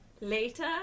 later